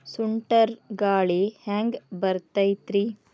ಸುಂಟರ್ ಗಾಳಿ ಹ್ಯಾಂಗ್ ಬರ್ತೈತ್ರಿ?